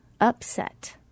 upset